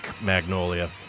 Magnolia